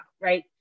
right